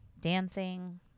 dancing